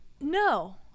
No